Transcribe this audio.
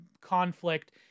conflict